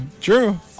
true